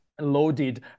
loaded